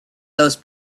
those